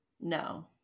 No